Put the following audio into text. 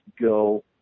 go